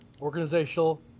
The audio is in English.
organizational